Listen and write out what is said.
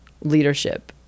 leadership